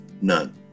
none